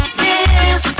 yes